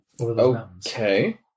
Okay